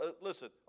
Listen